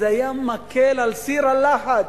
זה היה מקל על סיר הלחץ.